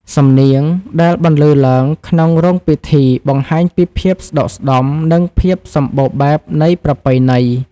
សំនៀងដែលបន្លឺឡើងក្នុងរោងពិធី បង្ហាញពីភាពស្ដុកស្ដម្ភ និងភាពសម្បូរបែបនៃប្រពៃណី។